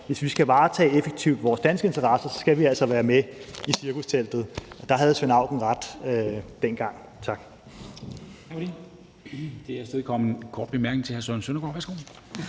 Hvis vi skal varetage vores danske interesser effektivt, så skal vi altså være med i cirkusteltet. Der havde Svend Auken ret, dengang. Tak.